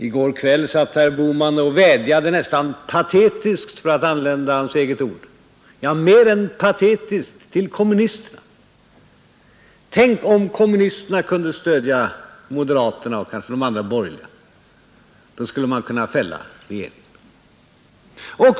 I går kväll vädjade herr Bohman nästan patetiskt, för att använda hans eget ord, till kommunisterna — eller mer än patetiskt: Tänk om kommunisterna kunde stödja moderaterna och kanske även de andra borgerliga partierna! Då kunde man fälla regeringen.